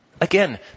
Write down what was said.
Again